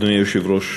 אדוני היושב-ראש,